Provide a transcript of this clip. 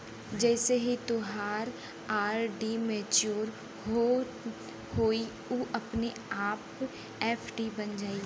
जइसे ही तोहार आर.डी मच्योर होइ उ अपने आप एफ.डी बन जाइ